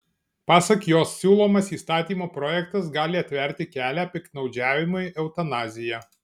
pasak jos siūlomas įstatymo projektas gali atverti kelią piktnaudžiavimui eutanazija